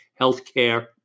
healthcare